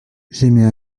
j’émets